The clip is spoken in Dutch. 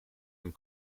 een